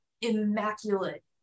immaculate